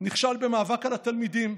נכשל במאבק על התלמידים,